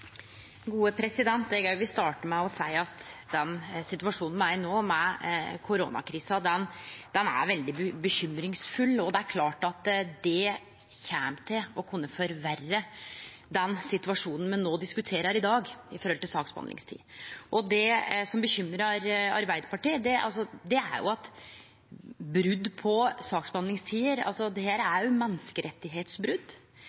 Eg òg vil starte med å seie at den situasjonen me er i no med koronakrisa, er veldig bekymringsfull, og det er klart at det kjem til å kunne forverre den situasjonen me diskuterer i dag når det gjeld saksbehandlingstid. Det som bekymrar Arbeidarpartiet, er at brot på saksbehandlingstider er brot på